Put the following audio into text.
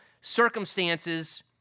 circumstances